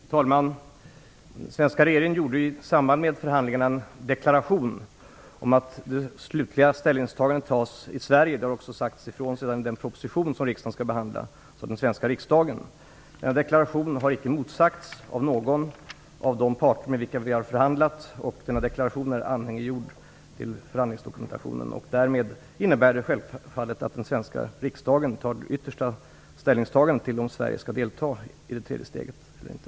Fru talman! Den svenska regeringen gjorde i samband med förhandlingarna en deklaration om att det slutliga ställningstagandet tas i Sverige. Det har också sagts ifrån i den proposition som riksdagen skall behandla. Denna deklaration har icke motsagts av någon av de parter med vilka vi har förhandlat. Deklarationen är anhängiggjord till förhandlingsdokumentationen. Därmed innebär det självfallet att den svenska riksdagen gör det yttersta ställningstagandet till om Sverige skall delta i det tredje steget eller inte.